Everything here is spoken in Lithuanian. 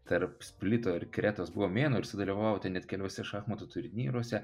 tarp splito ir kretos buvo mėnuo ir sudalyvavote net keliuose šachmatų turnyruose